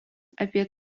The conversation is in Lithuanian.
apie